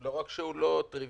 לא רק שהוא לא טריביאלי,